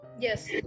yes